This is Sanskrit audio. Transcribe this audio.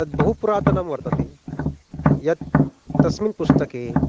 तद् बहु पुरातनं वर्तते यत् तस्मिन् पुस्तके